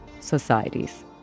societies